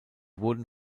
wurden